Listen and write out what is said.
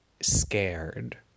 scared